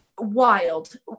wild